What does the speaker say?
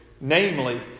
Namely